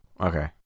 okay